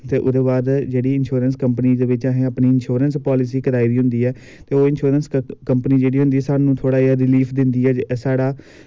ते ओह्दे बाद जेह्ड़ी इंश्योरेंस कंपनी दे बिच जेह्ड़ी इंश्योरेंस पॉलिसी कराई दी होंदी ऐ ते ओह् इंश्योरेंस कंपनी होंदी ऐ ओह् थोह्ड़ा जेहा रिलीफ दिंदी ऐ